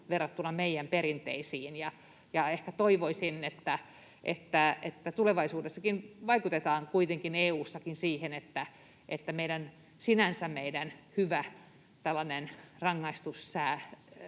verrattuna meidän perinteisiin. Ehkä toivoisin, että tulevaisuudessakin vaikutetaan kuitenkin EU:ssakin siihen, että meidän sinänsä hyvä rangaistushaitari